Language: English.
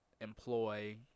employ